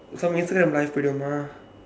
from yesterday i'm live